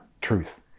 truth